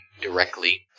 directly